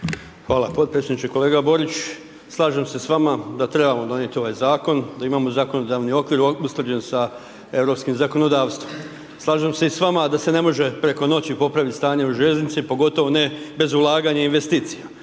Hvala potpredsjedniče. Kolega Borić, slažem se s vama da trebamo donijeti ovaj zakon, da imamo zakonodavni okvir usklađen sa europskim zakonodavstvom. Slažem se i s vama da se ne može preko noći popraviti stanje u željeznici pogotovo ne bez ulaganja investicija.